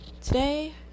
today